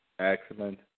Excellent